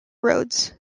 rhodes